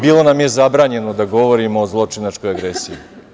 Bilo nam je zabranjeno da govorimo o zločinačkoj agresiji.